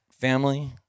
family